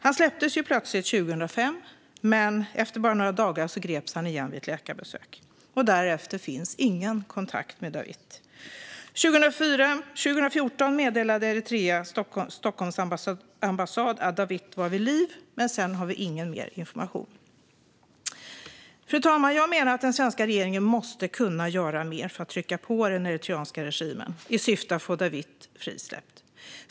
Han släpptes ju plötsligt 2005, men efter bara några dagar greps han igen vid ett läkarbesök. Därefter finns ingen kontakt med Dawit. År 2014 meddelade Eritreas Stockholmsambassad att Dawit var vid liv, men sedan har vi ingen mer information. Fru talman! Jag menar att den svenska regeringen måste kunna göra mer för att trycka på den eritreanska regimen i syfte att få Dawit frisläppt.